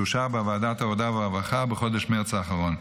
שאושר בוועדת העבודה והרווחה בחודש מרץ האחרון.